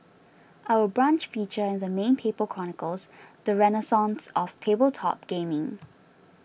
Our Brunch feature in the main paper chronicles the renaissance of tabletop gaming